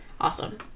Awesome